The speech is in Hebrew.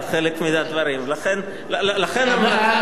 הדיון הוא דיון אישי,